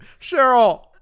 Cheryl